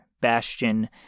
Bastion